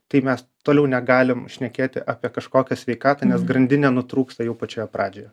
tai mes toliau negalim šnekėti apie kažkokias sveikatą nes grandinė nutrūksta jau pačioje pradžioje